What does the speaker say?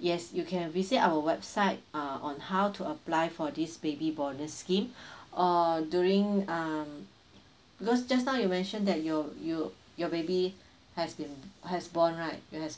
yes you can visit our website uh on how to apply for this baby bonus scheme or during um because just now you mention that you you your baby has been has born right you've